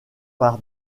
par